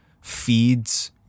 feeds